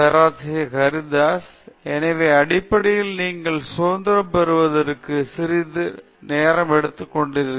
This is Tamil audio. பேராசிரியர் பிரதாப் ஹரிதாஸ் எனவே அடிப்படையில் நீங்கள் சுதந்திரம் பெறுவதற்கு சிறிது நேரம் எடுத்துக்கொள்கிறீர்கள்